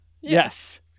Yes